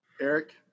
Eric